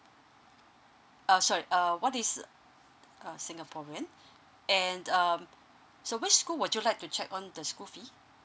uh sorry uh what is uh singaporean and um so which school would you like to check on the school fees